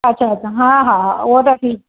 अच्छा अच्छा हा हा हा उहो त ठीक